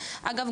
אגב,